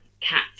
cat